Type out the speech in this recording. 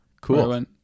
cool